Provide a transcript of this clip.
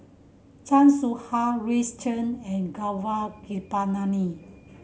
Chan Soh Ha Chen and Gaurav Kripalani